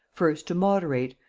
first to moderate,